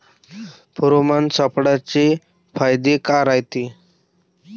Pheromone सापळ्याचे फायदे काय रायते?